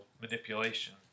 manipulation